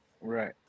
Right